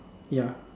ya